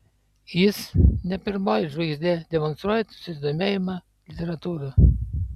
jis ne pirmoji žvaigždė demonstruojanti susidomėjimą literatūra